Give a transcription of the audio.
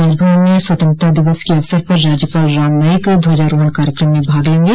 राजभवन में स्वतंत्रता दिवस के अवसर पर राज्यपाल राम नाईक ध्वजारोहण कार्यक्रम में भाग लेंगे